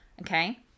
okay